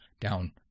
down